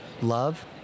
love